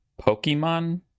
Pokemon